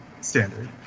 standard